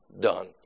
done